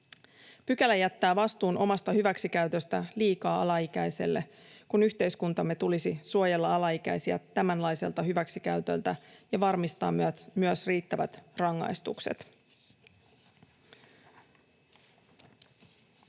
Pykälä jättää vastuun omasta hyväksikäytöstä liikaa alaikäiselle, kun yhteiskuntamme tulisi suojella alaikäisiä tämänlaiselta hyväksikäytöltä ja varmistaa myös riittävät rangaistukset.